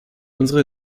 unsere